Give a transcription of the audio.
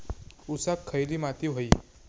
ऊसाक खयली माती व्हयी?